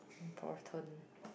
important